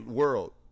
world